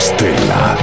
Stella